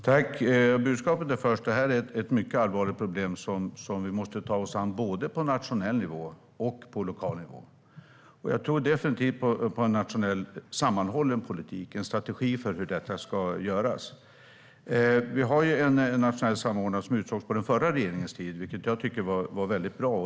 Herr talman! Budskapet är att detta är ett mycket allvarligt problem som vi måste ta oss an på både nationell och lokal nivå. Jag tror definitivt på en sammanhållen nationell politik, en strategi för hur detta ska göras. Vi har ju en nationell samordnare som utsågs på den förra regeringens tid, vilket jag tycker var väldigt bra.